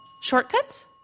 Shortcuts